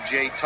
Jay